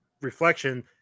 reflection